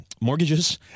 mortgages